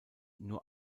nur